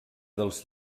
dels